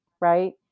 Right